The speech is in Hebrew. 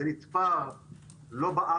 זה לא נתפר בארץ,